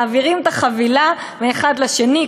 מעבירים את החבילה מאחד לשני,